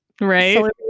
right